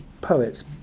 poets